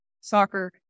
soccer